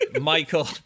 Michael